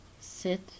Sit